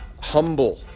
humble